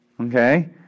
Okay